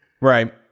Right